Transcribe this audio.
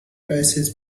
passes